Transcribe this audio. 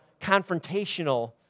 confrontational